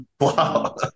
wow